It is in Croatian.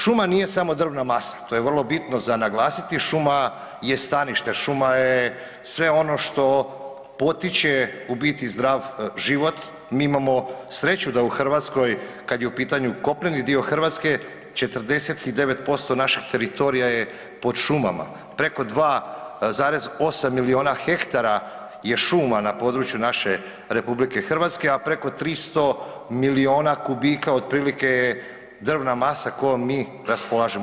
Šuma nije samo drvna masa, to je vrlo bitno za naglasiti, šuma je stanište, šuma je sve ono što potiče u biti zdrav život, mi imamo sreću da u Hrvatskoj kad je u pitanju kopneni dio Hrvatske 49% našeg teritorija je pod šumama, preko 2,8 miliona hektara je šuma na području naše RH, a preko 300 miliona kubika otprilike je drvna masa kojom mi raspolažemo.